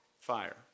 Fire